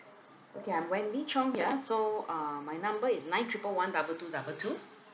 okay I'm wendy chong ya so uh my number is nine triple one double two double two